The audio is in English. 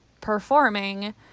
performing